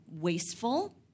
wasteful